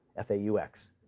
f a u x.